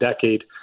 decade